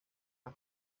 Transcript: las